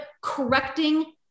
correcting